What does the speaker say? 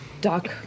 Doc